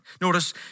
notice